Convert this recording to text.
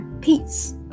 Peace